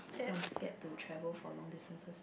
so I'm scared to travel for long distances